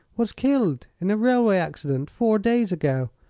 was killed in a railway accident, four days ago.